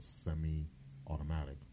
semi-automatic